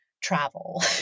travel